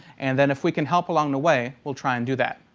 and then if we can help along the way, we'll try and do that.